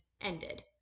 ended